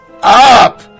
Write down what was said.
up